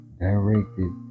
directed